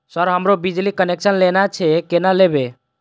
Sir हमरो बिजली connection लेना छे केना लेबे?